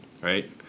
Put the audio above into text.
right